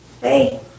Hey